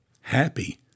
happy